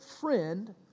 friend